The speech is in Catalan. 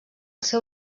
seu